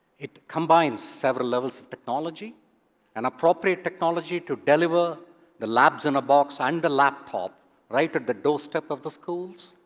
it combines several levels of technology an appropriate technology to deliver the labs in a box and the laptop right at the doorstep of the schools,